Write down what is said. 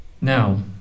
Now